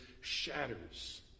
shatters